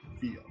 feel